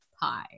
pie